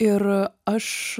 ir aš